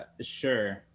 Sure